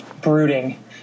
brooding